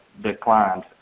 declined